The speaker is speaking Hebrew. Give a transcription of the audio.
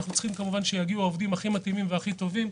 אנחנו צריכים שיגיעו העובדים הכי מתאימים והכי טובים,